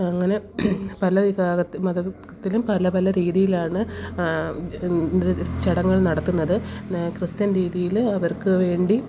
അങ്ങനെ പല വിഭാഗത്തി മത വിഭാഗത്തിലും പല പല രീതിയിലാണ് ചടങ്ങുകൾ നടത്തുന്നത് ക്രിസ്ത്യൻ രീതിയില് അവർക്ക് വേണ്ടി